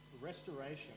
restoration